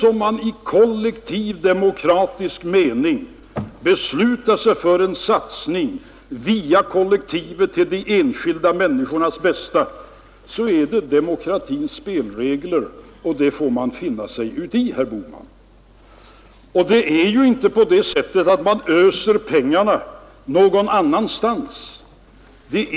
Om man i kollektiv demokratisk mening beslutar sig för en satsning via kollektivet till de enskilda människornas bästa, så är det demokratins spelregler, och det får man finna sig i, herr Bohman. Det är ju inte på det sättet att man öser ut pengarna någon annanstans.